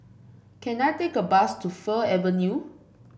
can I take a bus to Fir Avenue